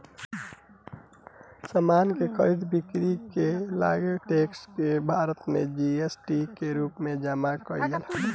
समान के खरीद बिक्री में लागे वाला टैक्स के भारत में जी.एस.टी के रूप में जमा कईल जाला